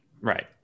Right